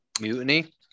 mutiny